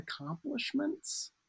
accomplishments